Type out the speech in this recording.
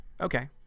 Okay